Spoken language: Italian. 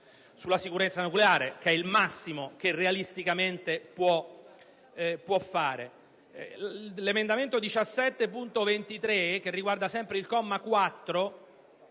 sulla sicurezza nucleare, che è il massimo che realisticamente può fare. L'emendamento 17.23, che riguarda sempre il comma 4,